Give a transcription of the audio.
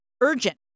urgent